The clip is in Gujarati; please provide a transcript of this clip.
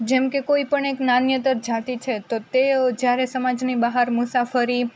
જેમ કે કોઈપણ એક નાન્યતર જાતિ છે તો તે જ્યારે સમાજની બહાર મુસાફરી